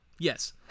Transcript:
Yes